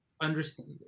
understand